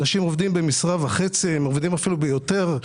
אנשים עובדים במשרה וחצי או אפילו יותר,